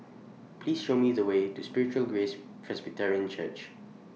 Please Show Me The Way to The Spiritual Grace Presbyterian Church